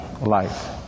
life